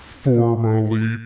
formerly